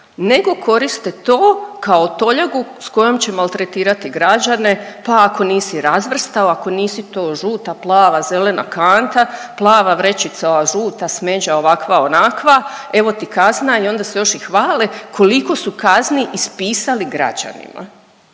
nego koriste to kao toljagu s kojom će maltretirati građane, pa ako nisi razvrstao ako niste to žuta, plava, zelena kanta, plava vrećica, žuta, smeđa, ovakva onakva evo ti kazna i onda se još i hvale koliko su kazni ispisali građanima.